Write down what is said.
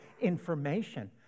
information